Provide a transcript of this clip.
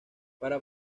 para